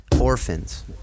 orphans